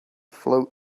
float